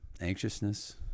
anxiousness